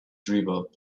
drivel